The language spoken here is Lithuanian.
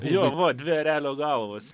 jo vo dvi erelio galvos